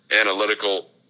analytical